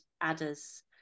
adders